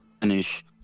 Finish